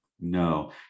No